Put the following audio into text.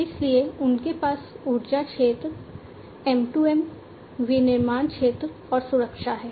इसलिए उनके पास ऊर्जा क्षेत्र M2M विनिर्माण क्षेत्र और सुरक्षा है